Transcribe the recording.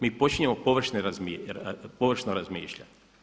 Mi počinjemo površno razmišljati.